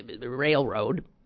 Railroad